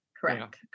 Correct